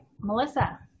Melissa